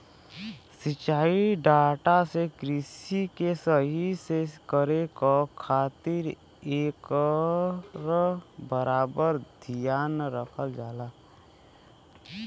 सिंचाई डाटा से कृषि के सही से करे क खातिर एकर बराबर धियान रखल जाला